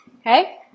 Okay